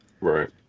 right